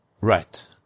right